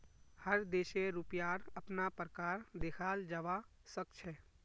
हर देशेर रुपयार अपना प्रकार देखाल जवा सक छे